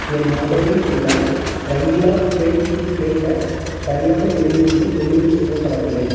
என் ஆடரில் உள்ள Rangeela creativity clay pack சரியான எண்ணிக்கையில் டெலிவரி செய்யப்படவில்லை